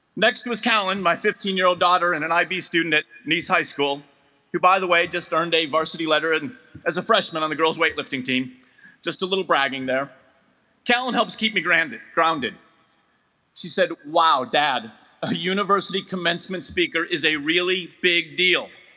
next was kalyn my fifteen year old daughter and an ib student at nice high school who by the way just earned a varsity letter and as a freshman on the girls weightlifting team just a little bragging there kalyn helps keep me grounded grounded she said wow dad a university commencement speaker is a really big deal